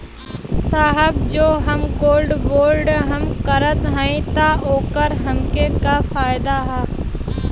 साहब जो हम गोल्ड बोंड हम करत हई त ओकर हमके का फायदा ह?